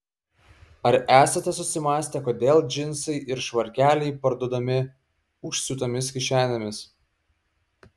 ar esate susimąstę kodėl džinsai ir švarkeliai parduodami užsiūtomis kišenėmis